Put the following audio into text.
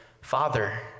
Father